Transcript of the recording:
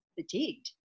fatigued